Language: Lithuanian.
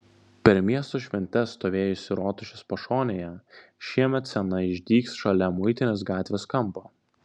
per miesto šventes stovėjusi rotušės pašonėje šiemet scena išdygs šalia muitinės gatvės kampo